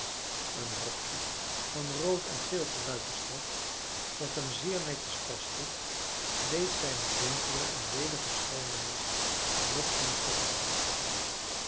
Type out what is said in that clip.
een rokje van rood en geel geruite stof dat hem zeer netjes paste deed zijne donkere en welige schoonheid nog gunstiger uitkomen